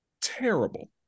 terrible